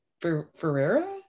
Ferreira